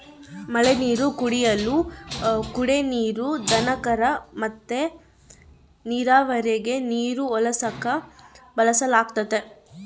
ಮಳೆನೀರು ಕೊಯ್ಲು ಕುಡೇ ನೀರು, ದನಕರ ಮತ್ತೆ ನೀರಾವರಿಗೆ ನೀರು ಒದಗಿಸಾಕ ಬಳಸಲಾಗತತೆ